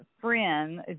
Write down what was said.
friend